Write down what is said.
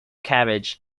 cabbage